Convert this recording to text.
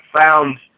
found